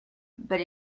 but